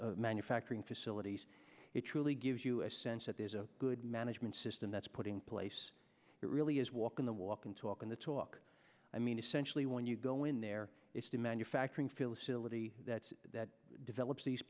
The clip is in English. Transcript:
manufacturing facilities it truly gives you a sense that there's a good management system that's putting place it really is walking the walk and talk in the talk i mean essentially when you go in there it's the manufacturing field syllabi that develops these